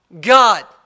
God